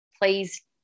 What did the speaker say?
please